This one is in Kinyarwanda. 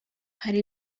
hari